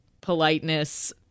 politeness